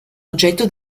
oggetto